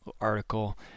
article